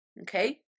okay